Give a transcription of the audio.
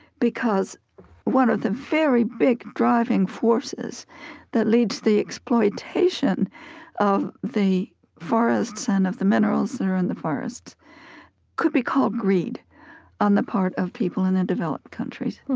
because one of the very big driving forces that leads to the exploitation of the forests and of the minerals that are in the forests could be called greed on the part of people in the developed countries.